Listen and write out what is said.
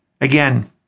Again